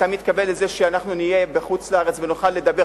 אתה מתכוון לזה שאנחנו נהיה בחוץ-לארץ ונוכל לדבר.